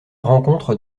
rencontre